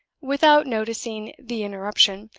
without noticing the interruption,